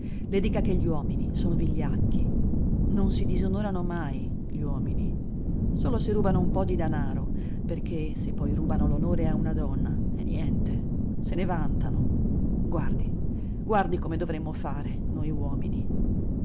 le dica che gli uomini sono vigliacchi non si disonorano mai gli uomini solo se rubano un po di danaro perché se poi rubano l'onore a una donna è niente se ne vantano guardi guardi come dovremmo fare noi uomini